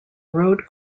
road